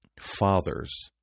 fathers